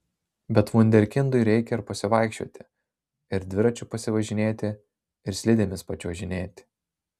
bet vunderkindui reikia ir pasivaikščioti ir dviračiu pasivažinėti ir slidėmis pačiuožinėti